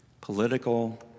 Political